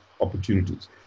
opportunities